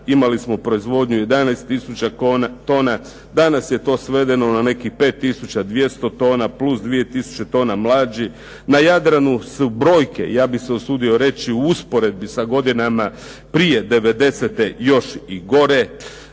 imali smo proizvodnju 11 tisuća tona. Danas je to svedeno na nekih 5 tisuća 200 tuna plus 2 tisuće tona mlađi. Na Jadranu su brojke, ja bih se usudio reći u usporedbi sa godinama prije '90. još i gore.